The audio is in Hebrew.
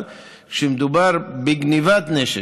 אבל כשמדובר בגנבת נשק,